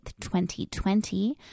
2020